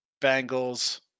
Bengals